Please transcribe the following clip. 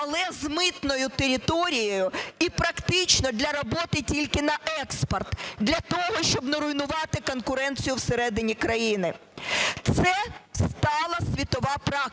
але з митною територією і практично для роботи тільки на експорт для того, щоб не руйнувати конкуренцію всередині країни. Це стала світова практика.